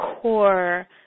core